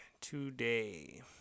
today